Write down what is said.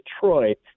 Detroit